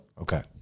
Okay